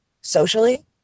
socially